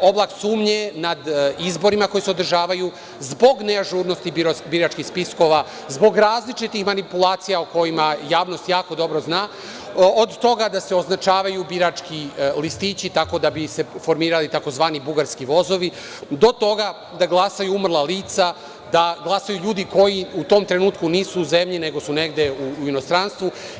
oblak sumnje nad izborima koji se održavaju zbog neažurnosti biračkih spiskova, zbog različitih manipulacija o kojima javnost jako dobro zna, od toga da se označavaju birački listići, tako da bi se formirali tzv. „bugarski vozovi“, do toga da glasaju umrla lica, da glasaju ljudi koji u tom trenutku nisu u zemlji nego su negde u inostranstvu.